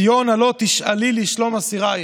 "ציון הלוא תשאלי לשלום אסירייך".